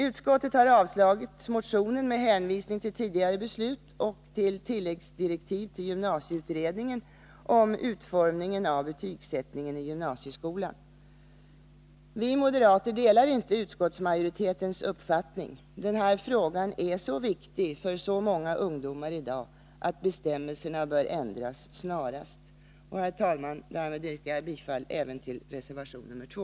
Utskottet har avstyrkt motionen med hänvisning till tidigare beslut och till tilläggsdirektiv till gymnasieutredningen om utformningen av betygsättningen i gymnasieskolan. Vi moderater delar inte utskottsmajoritetens uppfattning. Den här frågan är så viktig för så många ungdomar i dag, att bestämmelserna bör ändras snarast. Herr talman! Därmed yrkar jag bifall även till reservation 2.